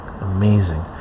amazing